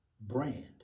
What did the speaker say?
brand